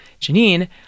Janine